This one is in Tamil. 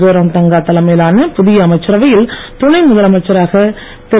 சோராம்தங்கா தலைமையிலான புதிய அமைச்சரவையில் துணை முதலமைச்சராக திரு